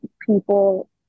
people